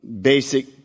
basic